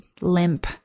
limp